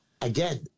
Again